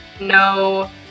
no